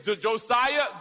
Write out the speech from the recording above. Josiah